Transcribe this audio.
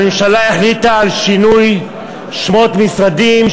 הממשלה החליטה על שינוי שמות משרדים,